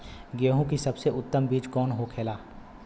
गेहूँ की सबसे उत्तम बीज कौन होखेला?